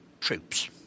troops